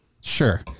Sure